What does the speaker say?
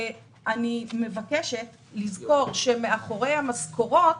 אני מבקשת לזכור שמאחורי המשכורות